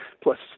plus